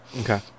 Okay